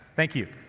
thank you.